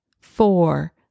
four